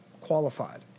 qualified